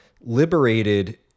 liberated